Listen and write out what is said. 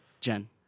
Jen